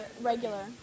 regular